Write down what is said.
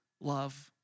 love